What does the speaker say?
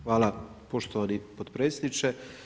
Hvala poštovani potpredsjedniče.